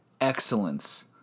excellence